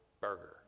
burger